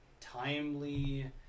timely